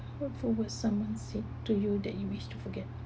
word for word someone said to you that you wish to forget